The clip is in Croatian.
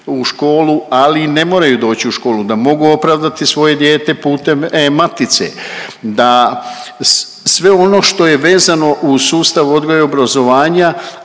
u školu, ali i ne moraju doći u školu, da mogu opravdati svoje dijete putem e-matice, da sve ono što je vezano uz sustav odgoja i obrazovanja,